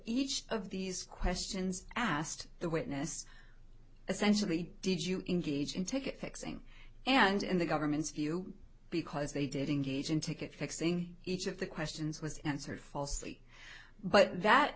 each of these questions asked the witness essentially did you engage in take it fixing and in the government's view because they did engage in ticket fixing each of the questions was answered falsely but that